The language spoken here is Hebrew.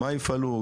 מה יפעלו,